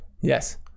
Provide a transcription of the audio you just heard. yes